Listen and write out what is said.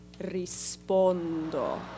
rispondo